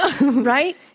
Right